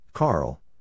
Carl